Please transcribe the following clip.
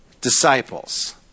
Disciples